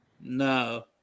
no